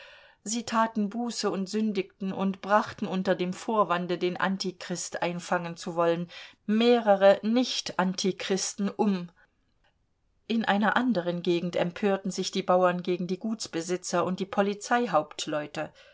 sie taten buße und sündigten und brachten unter dem vorwande den antichrist einfangen zu wollen mehrere nichtantichristen um in einer anderen gegend empörten sich die bauern gegen die gutsbesitzer und die